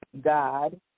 God